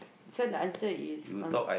why the answer is un